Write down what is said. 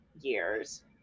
years